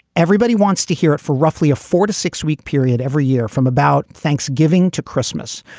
everybody wants to hear it for roughly a four to six week period every year from about thanksgiving to christmas,